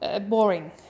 boring